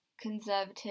conservative